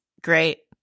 great